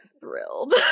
Thrilled